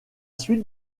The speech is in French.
suite